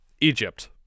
Egypt